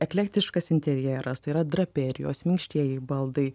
eklektiškas interjeras tai yra draperijos minkštieji baldai